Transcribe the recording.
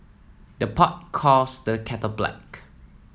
the pot calls the kettle black